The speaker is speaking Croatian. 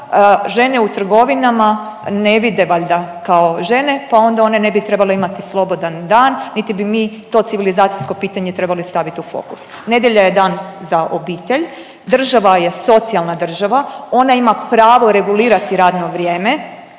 žene u trgovinama ne vide valjda kao žene, pa onda one ne bi trebale imati slobodan dan niti bi mi to civilizacijsko pitanje trebali staviti u fokus. Nedjelja je dan za obitelj. Država je socijalna država. Ona ima pravo regulirati radno vrijeme.